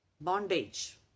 bondage